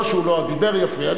לא שהוא לא דיבר יפה.